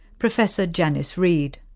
professor janice reid.